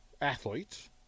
athletes